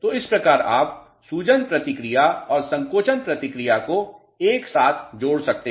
तो इस प्रकार आप सूजन प्रतिक्रिया और संकोचन प्रतिक्रिया को एक साथ जोड़ सकते हैं